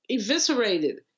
eviscerated